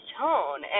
tone